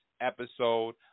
episode